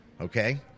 Okay